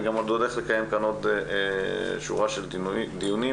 אני אקיים שורה של דיונים